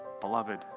Beloved